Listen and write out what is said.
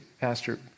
Pastor